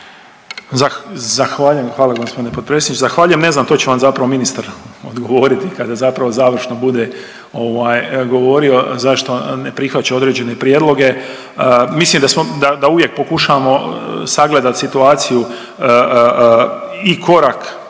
Zahvaljujem, hvala g. potpredsjedniče. Zahvaljujem. Ne znam, to će vam zapravo ministar odgovoriti kada zapravo završno bude govorio zašto ne prihvaća određene prijedloge. Mislim da uvijek pokušavamo sagledat situaciju i korak